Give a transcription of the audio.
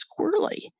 squirrely